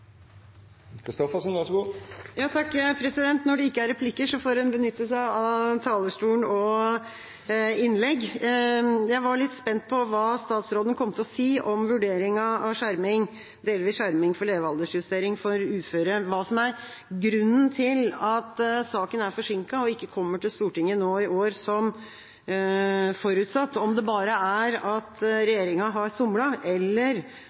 Når det ikke er replikker, får en benytte seg av denne talerstolen og innlegg. Jeg var litt spent på hva statsråden kom til å si om vurderingen av delvis skjerming for levealderjustering for uføre, og hva som er grunnen til at saken er forsinket og ikke kommer til Stortinget nå i år, som forutsatt – om det bare er at regjeringa har somlet, eller